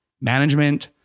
management